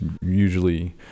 usually